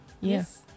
Yes